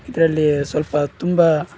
ಇದರಲ್ಲಿ ಸ್ವಲ್ಪ ತುಂಬಾ